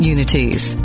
Unity's